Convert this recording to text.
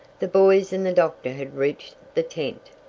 the boys and the doctor had reached the tent.